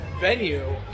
venue